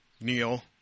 Neil